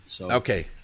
Okay